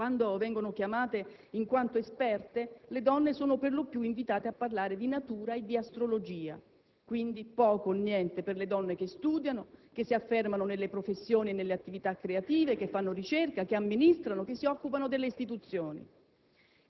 Quando vengono chiamate in quanto esperte, le donne sono per lo più invitate a parlare di natura e di astrologia; quindi poco o niente per le donne che studiano, che si affermano nelle professioni e nelle attività creative, che fanno ricerca, che amministrano, che si occupano delle istituzioni.